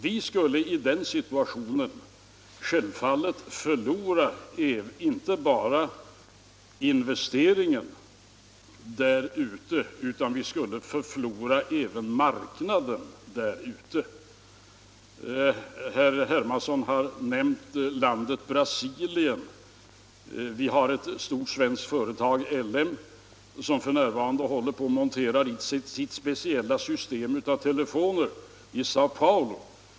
Vi skulle i den situationen självfallet förlora inte bara investeringen där ute, utan vi skulle förlora även marknaden där. Herr Hermansson har nämnt landet Brasilien. Ett stort svenskt företag, L M Ericsson, håller f. n. på att montera sitt speciella system av telefoner i Säo Paulo.